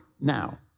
now